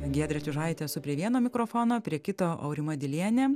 giedrė čiužaitė esu prie vieno mikrofono prie kito aurima dilienė